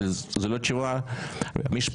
אבל זו לא תשובה משפטית.